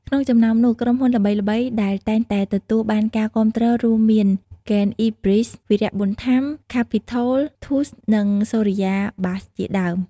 ក្នុងចំណោមនោះ ក្រុមហ៊ុនល្បីៗដែលតែងតែទទួលបានការគាំទ្ររួមមានហ្គេន អុីប៊ីស វីរៈ ប៊ុនថាំ ខាភីថូល ធូស៍ និងសូរិយា បាស៍ជាដើម។